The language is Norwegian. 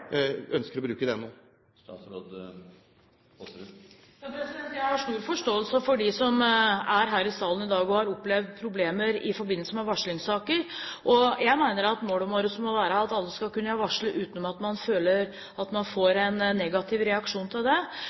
ønsker å bruke den. Jeg har stor forståelse for dem som er her i salen i dag som har opplevd problemer i forbindelse med varslingssaker. Jeg mener at målet vårt må være at alle skal kunne varsle uten at man føler at man får en negativ reaksjon av det.